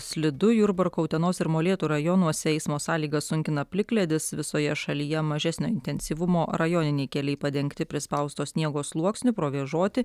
slidu jurbarko utenos ir molėtų rajonuose eismo sąlygas sunkina plikledis visoje šalyje mažesnio intensyvumo rajoniniai keliai padengti prispausto sniego sluoksniu provėžoti